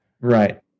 Right